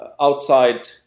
outside